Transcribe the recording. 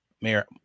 Mayor